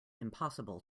impossible